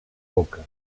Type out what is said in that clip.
boca